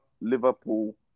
Liverpool